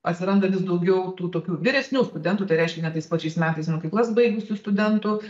atsiranda vis daugiau tų tokių vyresnių studentų tai reiškia ne tais pačiais metais mokyklas baigusių studentų